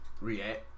react